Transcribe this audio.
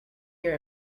your